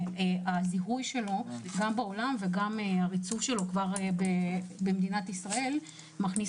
הזיהוי שלו גם בעולם וגם הריצוף שלו במדינת ישראל מכניס